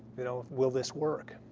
you know, will this work?